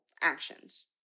actions